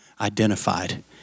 identified